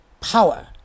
power